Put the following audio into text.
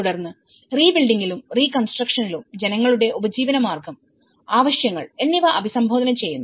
തുടർന്ന്റീ ബിൽഡിങ്ങിലുംറീ കൺസ്ട്രക്ഷനിലുംജനങ്ങളുടെ ഉപജീവനമാർഗ്ഗം ആവശ്യങ്ങൾ എന്നിവ അഭിസംബോധന ചെയ്യുന്നു